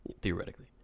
Theoretically